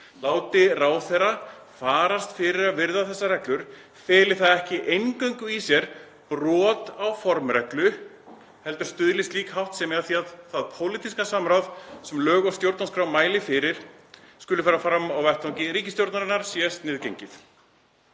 Láti ráðherra farast fyrir að virða þessar reglur feli það ekki eingöngu í sér brot á formreglu heldur stuðli slík háttsemi að því að það pólitíska samráð sem lög og stjórnarskrá mælir fyrir að skuli fara fram á vettvangi ríkisstjórnarinnar sé sniðgengið.